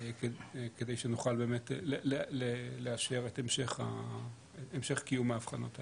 כדי שנוכל לאשר את המשך קיום ההבחנות האלה.